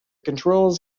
controls